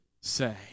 say